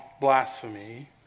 blasphemy